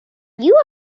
you